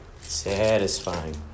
satisfying